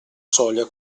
soglia